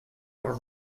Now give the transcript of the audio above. were